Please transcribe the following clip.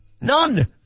none